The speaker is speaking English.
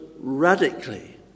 radically